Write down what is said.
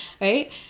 right